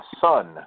son